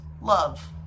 love